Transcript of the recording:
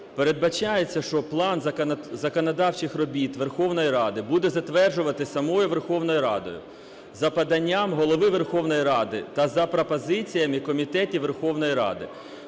Передбачається, що план законодавчих робіт Верховної Ради буде затверджуватись самою Верховною Радою за поданням Голови Верховної Ради та за пропозиціями комітетів Верховної Ради.